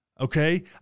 Okay